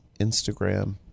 Instagram